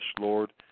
Lord